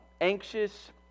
anxious